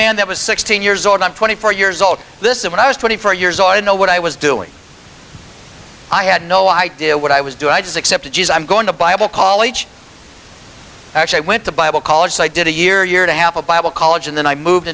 man that was sixteen years old i'm twenty four years old this is what i was twenty four years or you know what i was doing i had no idea what i was doing i just accepted geez i'm going to bible college actually i went to bible college i did a year year and a half of bible college and then i moved